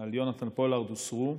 על יונתן פולארד הוסרו,